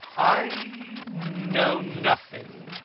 i know nothing,